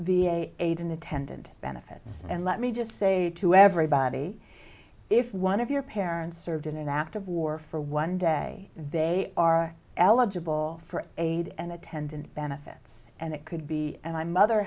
and attendant benefits and let me just say to everybody if one of your parents served in an act of war for one day they are eligible for aid and attendant benefits and it could be and i mother